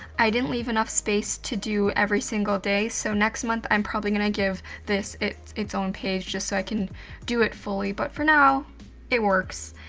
i didn't leave enough space to do every single day. so next month i'm probably gonna give this it's own page just so i can do it fully, but for now it works,